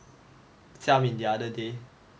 jia min the other day